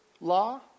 law